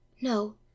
No